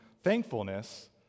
thankfulness